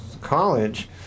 college